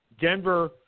Denver